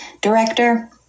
director